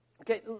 Okay